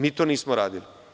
Mi to nismo radili.